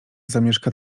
zamieszka